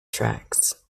tracks